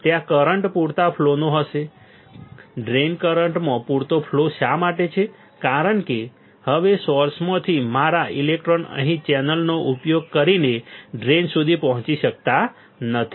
ત્યાં કરંટ પૂરતા ફ્લોનો હશે ડ્રેઇન કરંટનો પૂરતો ફ્લો શા માટે છે કારણ કે હવે સોર્સમાંથી મારા ઇલેક્ટ્રોન અહીં ચેનલનો ઉપયોગ કરીને ડ્રેઇન સુધી પહોંચી શકતા નથી